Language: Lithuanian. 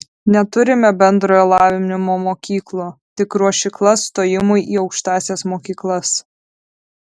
neturime bendrojo lavinimo mokyklų tik ruošyklas stojimui į aukštąsias mokyklas